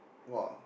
!wah!